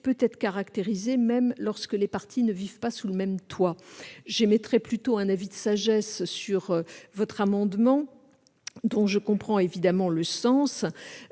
peut être caractérisée même lorsque les parties ne vivent pas sous le même toit. J'émettrai un avis de sagesse sur cet amendement, dont je comprends évidemment le sens.